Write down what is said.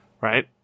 right